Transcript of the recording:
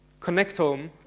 connectome